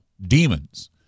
demons